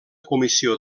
comissió